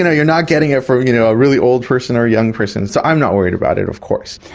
ah you're not getting it from you know a really old person or a young person, so i'm not worried about it of course.